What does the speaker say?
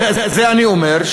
זה אני אומר,